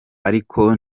ariko